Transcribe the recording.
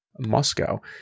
moscow